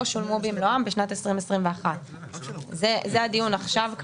שולמו במלואם בשנת 2021. זה הדיון עכשיו,